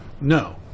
no